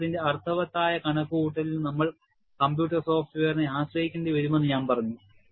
ജീവിതത്തിന്റെ അർത്ഥവത്തായ കണക്കുകൂട്ടലിന് നമ്മൾ കമ്പ്യൂട്ടർ സോഫ്റ്റ്വെയറിനെ ആശ്രയിക്കേണ്ടിവരുമെന്ന് ഞാൻ പറഞ്ഞു